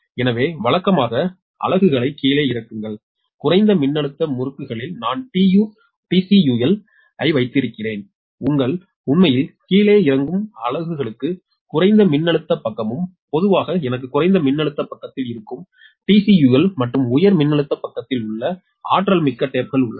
எனவே வழக்கமாக அலகுகளை கீழே இறக்குங்கள் குறைந்த மின்னழுத்த முறுக்குகளில் நான் TCUL ஐ வைத்திருக்கிறேன் உங்கள் உண்மையில் கீழே இறங்கும் அலகுகளுக்கு குறைந்த மின்னழுத்த பக்கமும் பொதுவாக எனக்கு குறைந்த மின்னழுத்த பக்கத்தில் இருக்கும் TCUL மற்றும் உயர் மின்னழுத்த பக்கத்தில் உள்ள ஆற்றல்மிக்க டேப்கள் உள்ளன